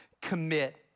commit